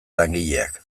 langileak